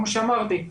כמו שאמרתי,